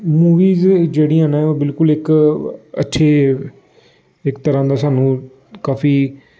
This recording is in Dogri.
मूविज च जेह्ड़ियां इक अच्छी इक तरह दा सानू काफी